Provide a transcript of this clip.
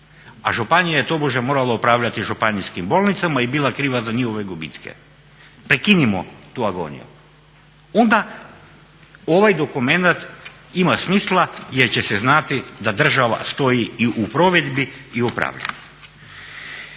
a županija je tobože morala upravljati županijskim bolnicama i bila kriva za njihove gubitke. Prekinimo tu agoniju. Onda ovaj dokumenat ima smisla jer će se znati da država stoji i u provedbi i u upravljanju.